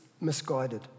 misguided